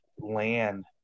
land